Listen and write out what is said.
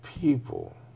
people